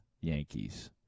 Yankees